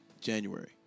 January